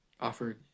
offered